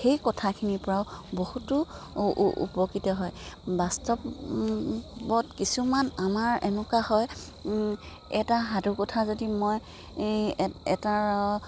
সেই কথাখিনিৰ পৰাও বহুতো উপকৃত হয় বাস্তৱত কিছুমান আমাৰ এনেকুৱা হয় এটা সাধুকথা যদি মই এটাৰ